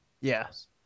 Yes